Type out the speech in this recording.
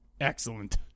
excellent